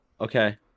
Okay